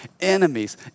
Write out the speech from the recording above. enemies